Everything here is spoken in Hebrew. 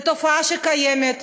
זו תופעה שקיימת,